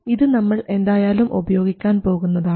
ഇത് നമ്മൾ എന്തായാലും ഉപയോഗിക്കാൻ പോകുന്നതാണ്